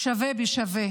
שווה בשווה